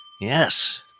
yes